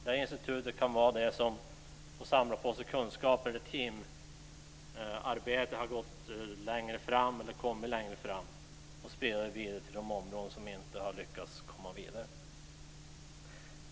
Detta institut kan samla på sig kunskaper från ställen där teamarbetet har nått längre och sprida dem vidare till de områden som inte har lyckats komma så långt.